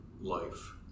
life